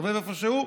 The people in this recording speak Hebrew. הסתובב איפשהו.